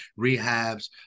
rehabs